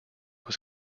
was